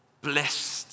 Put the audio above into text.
blessed